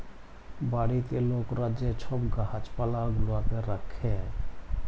বাড়িতে লকরা যে ছব গাহাচ পালা গুলাকে রাখ্যে